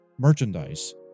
merchandise